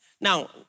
now